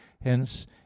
hence